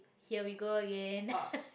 here we go again